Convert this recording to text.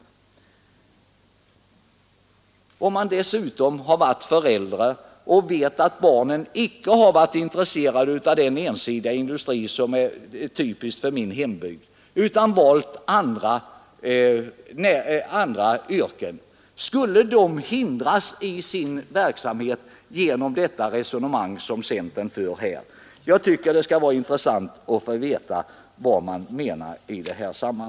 Om man dessutom är förälder och vet att barnen inte har varit intresserade av den ensidiga industri som är typisk för min hembygd utan valt andra yrken kan man ställa frågan: Skall de hindras i sin verksamhet genom det resonemang som centern för? Jag tycker att det skall bli intressant att få veta vad man menar.